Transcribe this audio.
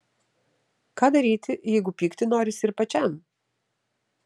ką daryti jeigu pykti norisi ir pačiam